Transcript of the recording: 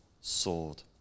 sword